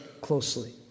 closely